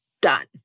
done